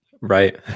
right